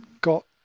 got